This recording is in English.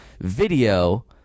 Video